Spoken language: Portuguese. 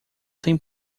tem